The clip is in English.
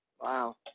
Wow